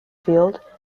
field